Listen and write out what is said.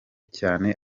cyane